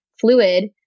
fluid